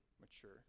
mature